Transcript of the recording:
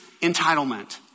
entitlement